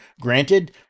Granted